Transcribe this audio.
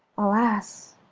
alas!